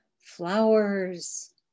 flowers